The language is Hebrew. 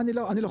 אני לא חושב,